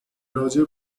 راجع